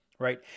Right